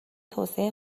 توسعه